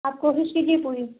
آپ کوشش کیجیے پوری